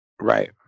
Right